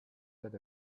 that